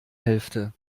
hälfte